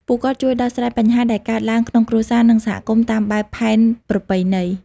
ពួកគាត់ជួយដោះស្រាយបញ្ហាដែលកើតឡើងក្នុងគ្រួសារនិងសហគមន៍តាមបែបផែនប្រពៃណី។